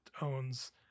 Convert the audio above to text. owns